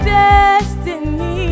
destiny